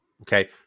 Okay